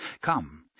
Come